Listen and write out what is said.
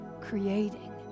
creating